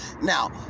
Now